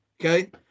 okay